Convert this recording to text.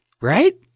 right